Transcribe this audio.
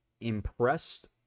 impressed